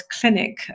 clinic